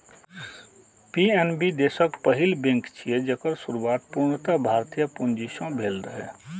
PNB देशक पहिल bank छियै, जेकर शुरुआत पूर्णतः भारतीय पूंजी सं भेल रहै